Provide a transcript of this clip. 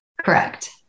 Correct